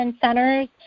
centers